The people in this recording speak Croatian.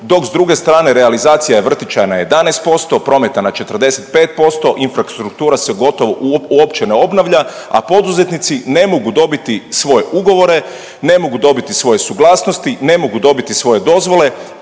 dok s druge strane, realizacija vrtića na 11%, prometa na 45%, infrastruktura se gotovo uopće ne obnavlja, a poduzetnici ne mogu dobiti svoje ugovore, ne mogu dobiti svoje suglasnosti, ne mogu dobiti svoje dozvole,